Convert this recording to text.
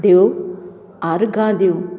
देव आर्गां दीवं